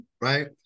Right